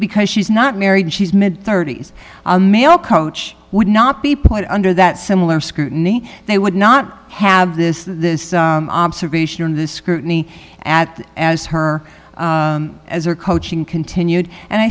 because she's not married she's mid thirties a male coach would not be put under that similar scrutiny they would not have this this observation in the scrutiny at as her as her coaching continued and i